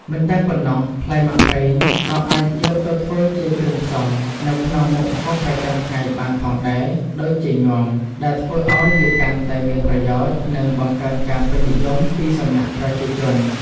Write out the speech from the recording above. មិនតែប៉ុណ្ណោះ ផ្លែមាក់ប្រេងក៏អាចយកទៅធ្វើជាគ្រឿងផ្សំនៅក្នុងមុខម្ហូបប្រចាំថ្ងៃបានផងដែរ ដូចជា ញាំ ដែលធ្វើឲ្យវាកាន់តែមានប្រយោជន៍ និងបង្កើនការពេញនិយមពីសំណាក់ប្រជាជន។